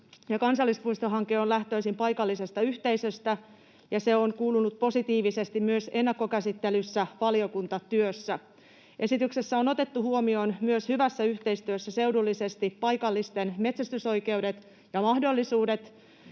Kansallispuistohanke on lähtöisin paikallisesta yhteisöstä, ja se on kuulunut positiivisesti myös ennakkokäsittelyssä valiokuntatyössä. Esityksessä on otettu huomioon myös hyvässä yhteistyössä seudullisesti paikallisten metsästysoikeudet ja ‑mahdollisuudet,